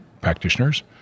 practitioners